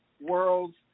world's